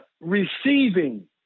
receiving